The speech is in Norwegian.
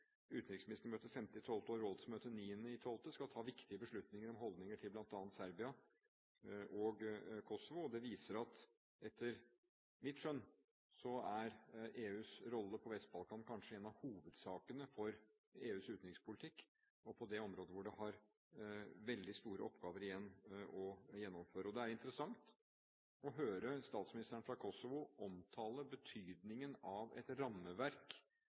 utenriksministermøtet 5. desember og rådsmøtet 9. desember – skal ta viktige beslutninger om holdninger til bl.a. Serbia og Kosovo. Det viser etter mitt skjønn at EUs rolle på Vest-Balkan kanskje er en av hovedsakene for EUs utenrikspolitikk, og på det området står det veldig store oppgaver igjen å gjennomføre. Det er interessant å høre statsministeren fra Kosovo omtale betydningen av et rammeverk